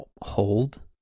hold